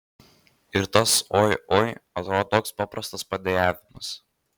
ir tas oi oi atrodo toks paprastas padejavimas